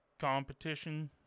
competition